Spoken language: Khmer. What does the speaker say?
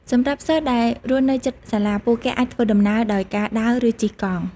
សម្រាប់សិស្សដែលរស់នៅជិតសាលា ពួកគេអាចធ្វើដំណើរដោយការដើរឬជិះកង់។